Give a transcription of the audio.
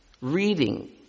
reading